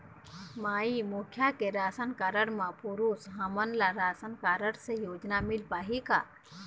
माई मुखिया के राशन कारड म पुरुष हमन ला राशन कारड से योजना मिल पाही का?